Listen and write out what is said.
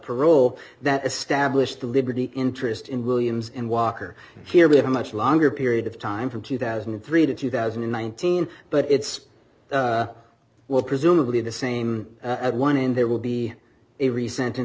parole that established the liberty interest in williams in walker here we have a much longer period of time from two thousand and three to two thousand and nineteen but it's well presumably the same at one end there will be a resent